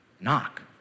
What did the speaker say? knock